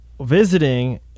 visiting